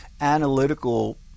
analytical